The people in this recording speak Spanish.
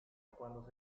cuando